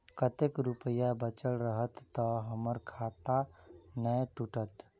कतेक रुपया बचल रहत तऽ हम्मर खाता नै टूटत?